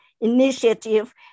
initiative